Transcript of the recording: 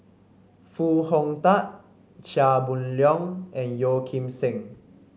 Foo Hong Tatt Chia Boon Leong and Yeo Kim Seng